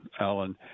Alan